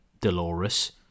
Dolores